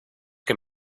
que